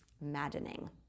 Maddening